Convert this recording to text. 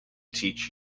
teach